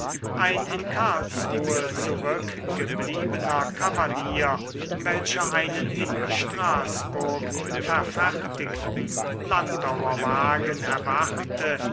ein in karlsruhe zurückgebliebener kavalier welcher einen in straßburg verfertigten landauer wagen erwarte